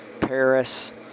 Paris